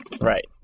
Right